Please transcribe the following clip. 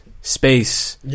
space